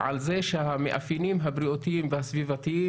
על זה שהמאפיינים הבריאותיים והסביבתיים